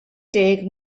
deg